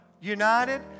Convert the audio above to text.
United